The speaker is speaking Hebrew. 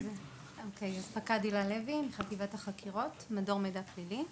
פקד הילה לוי מחטיבת החקירות, מדור מידע פלילי.